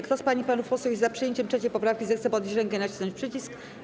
Kto z pań i panów posłów jest za przyjęciem 3. poprawki, zechce podnieść rękę i nacisnąć przycisk.